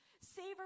savor